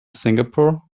singapore